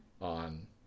...on